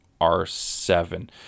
r7